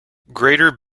greater